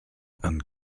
and